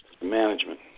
Management